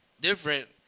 different